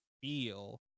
feel